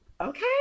Okay